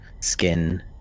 skin